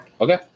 Okay